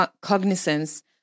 cognizance